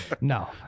no